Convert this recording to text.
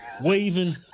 waving